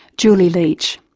julie leitch.